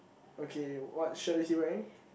okay what shirt is he wearing